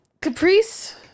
Caprice